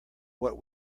what